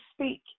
speak